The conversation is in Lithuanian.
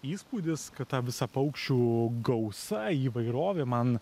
įspūdis kad ta visa paukščių gausa įvairovė man